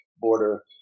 border